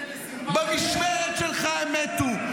במשמרת שלך הם מתו,